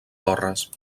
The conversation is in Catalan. torres